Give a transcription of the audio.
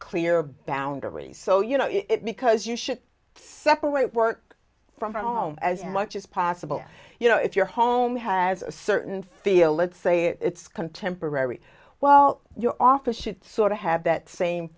clear boundaries so you know it because you should separate work from home as much as possible you know if your home has a certain feel let's say it's contemporary well your office should sort of have that same